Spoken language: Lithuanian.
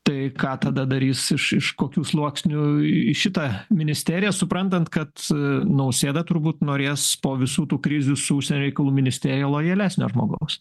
tai ką tada darys iš iš kokių sluoksnių į šitą ministeriją suprantant kad nausėda turbūt norės po visų tų krizių su užsienio reikalų ministerija lojalesnio žmogaus